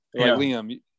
Liam